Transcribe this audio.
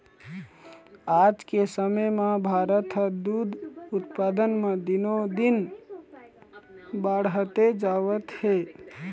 आज के समे म भारत ह दूद उत्पादन म दिनो दिन बाड़हते जावत हे